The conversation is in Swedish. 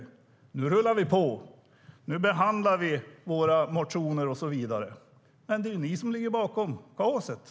Nu rullar vi på och behandlar våra motioner och så vidare. Men det är ni som ligger bakom kaoset.